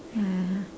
ya ya ya